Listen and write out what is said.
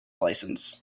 licence